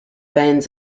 bands